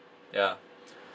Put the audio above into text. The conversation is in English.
ya